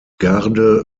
garde